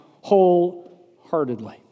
wholeheartedly